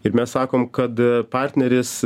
ir mes sakom kad partneris